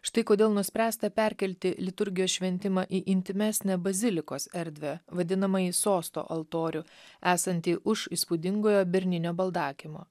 štai kodėl nuspręsta perkelti liturgijos šventimą į intymesnę bazilikos erdvę vadinamąjį sosto altorių esantį už įspūdingojo berninio baldakimo